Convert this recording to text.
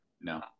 No